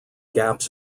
gaps